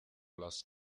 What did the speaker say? las